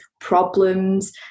problems